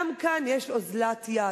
גם כאן יש אוזלת יד.